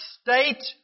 state